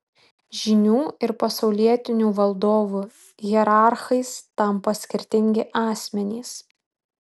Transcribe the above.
žynių ir pasaulietinių valdovų hierarchais tampa skirtingi asmenys